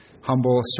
humble